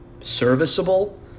serviceable